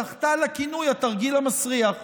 זכתה לכינוי "התרגיל המסריח".